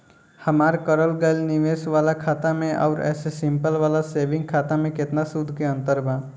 हमार करल गएल निवेश वाला खाता मे आउर ऐसे सिंपल वाला सेविंग खाता मे केतना सूद के अंतर बा?